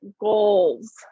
goals